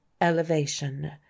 elevation